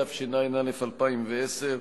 התשע"א 2010,